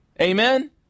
Amen